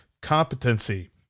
competency